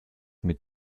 mit